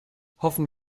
hoffen